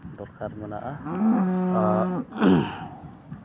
ᱫᱚᱨᱠᱟᱨ ᱢᱮᱱᱟᱜᱼᱟ